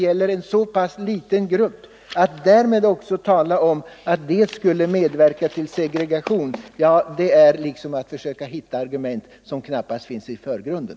Och att tala om att detta skulle medverka till segregation det är att söka argument som i varje fall inte finns i den omedelbara förgrunden.